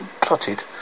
plotted